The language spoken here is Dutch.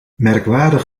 merkwaardig